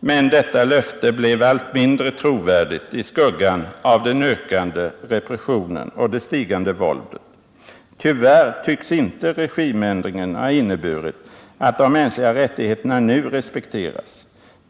men detta löfte blev allt mindre trovärdigt i skuggan av den ökande repressionen och det stigande våldet. Tyvärr tycks inte regimändringen ha inneburit att de mänskliga rättigheterna nu respekteras.